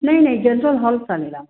नाही नाही general hall चालेल आ